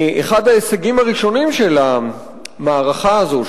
אחד ההישגים הראשונים של המערכה הזו,